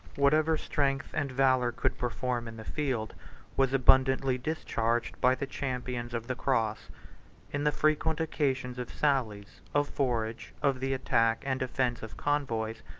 whatever strength and valor could perform in the field was abundantly discharged by the champions of the cross in the frequent occasions of sallies, of forage, of the attack and defence of convoys,